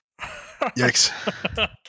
Yikes